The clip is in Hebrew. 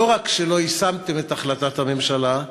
לא רק שלא יישמתם את החלטת הממשלה,